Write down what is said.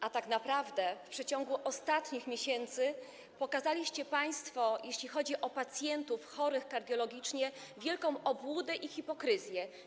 A tak naprawdę w przeciągu ostatnich miesięcy pokazaliście państwo, jeśli chodzi o pacjentów chorych kardiologicznie, wielką obłudę i hipokryzję.